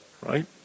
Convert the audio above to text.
right